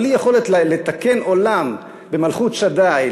בלי יכולת לתקן עולם במלכות שדי,